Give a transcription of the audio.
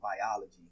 biology